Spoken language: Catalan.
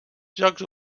jocs